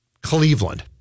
Cleveland